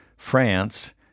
France